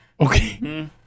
Okay